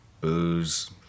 booze